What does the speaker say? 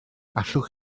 allwch